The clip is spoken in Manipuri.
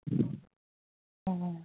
ꯑꯣ